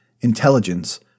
Intelligence